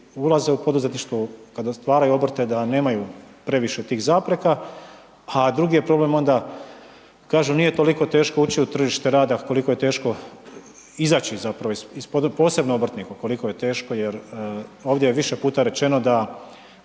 ulaze u poduzetništvo, da kas stvaraju obrte, da nemaju previše tih zapreka, a drugi je problem onda kažem, nije toliko teško ući u tržište rada koliko je teško izaći zapravo posebno obrtniku koliko je teško jer ovdje je više puta rečeno da